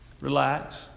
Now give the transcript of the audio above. relax